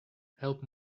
help